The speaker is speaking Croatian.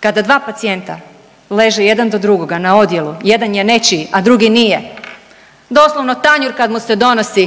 Kada dva pacijenta leže jedan do drugoga na odjelu, jedan je nečiji, a drugi nije doslovno tanjur kada mu se donosi